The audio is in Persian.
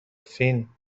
فین